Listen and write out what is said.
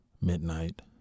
Midnight